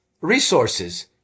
resources